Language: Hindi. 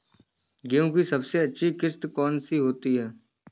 गेहूँ की सबसे अच्छी किश्त कौन सी होती है?